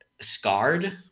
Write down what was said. scarred